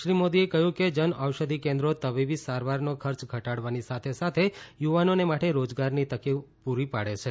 શ્રી મોદીએ કહ્યું કે જનઔષધિ કેન્દ્રો તબીબી સારવારનો ખર્ચ ઘટાડવાની સાથે સાથે યુવાનોને માટે રોજગારની તકો પૂરી પાડે છે